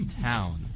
town